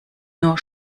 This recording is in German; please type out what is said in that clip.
nur